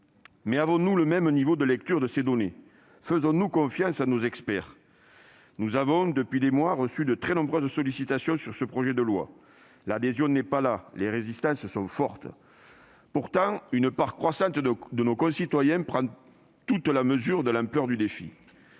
Mais avons-nous le même niveau de lecture de ces données ? Faisons-nous confiance à nos experts ? Nous avons, depuis des mois, reçu de très nombreuses sollicitations sur ce projet de loi. L'adhésion n'est pas là. Les résistances sont fortes. Pourtant, une part croissante de nos concitoyens prend toute la mesure de l'ampleur du défi.